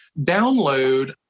download